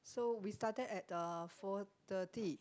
so we started at uh four thirty